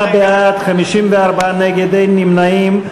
38 בעד, 54 נגד, אין נמנעים.